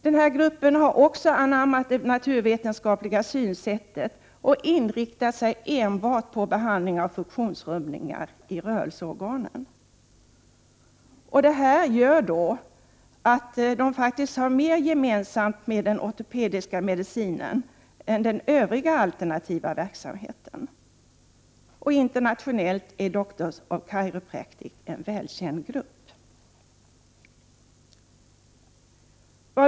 Den här gruppen har anammat det naturvetenskapliga synsättet och inriktat sig enbart på behandling av funktionsrubbningar i rörelseorganen. Detta gör att de faktiskt har mer gemensamt med den ortopediska medicinen än den övriga alternativa verksamheten. Internationellt är Doctors of Chiropractic en välkänd grupp.